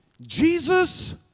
Jesus